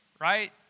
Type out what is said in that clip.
right